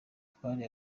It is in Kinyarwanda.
twari